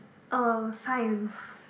oh science